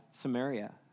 Samaria